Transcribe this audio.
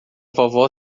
vovó